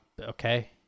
Okay